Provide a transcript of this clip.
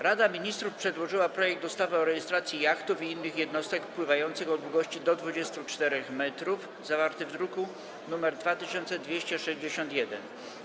Rada Ministrów przedłożyła projekt ustawy o rejestracji jachtów i innych jednostek pływających o długości do 24 m, zawarty w druku nr 2261.